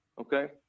okay